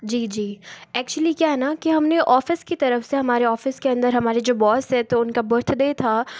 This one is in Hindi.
जी जी एक्चुअली क्या है न कि हमने ऑफ़िस की तरफ से हमारे ऑफ़िस के अंदर हमारे जो बॉस है तो उनका बर्थडे था